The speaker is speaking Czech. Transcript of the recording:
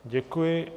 Děkuji.